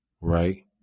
right